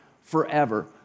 forever